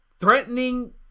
Threatening